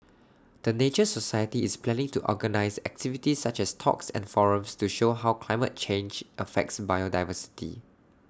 the nature society is planning to organise activities such as talks and forums to show how climate change affects biodiversity